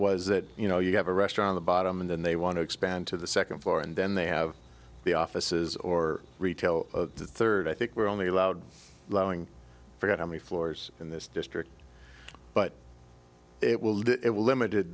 was that you know you have a restaurant a bottom and then they want to expand to the second floor and then they have the offices or retail the third i think we're only allowed lowing forget how many floors in this district but it will it will limited